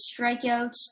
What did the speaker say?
strikeouts